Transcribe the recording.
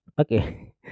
okay